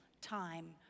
time